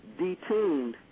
detuned